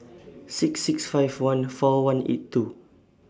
six six five one four one eight two